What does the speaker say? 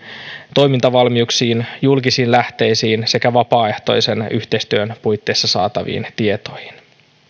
toimintavalmiuksiin julkisiin lähteisiin sekä vapaaehtoisen yhteistyön puitteissa saataviin tietoihin